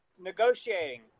negotiating